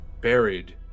buried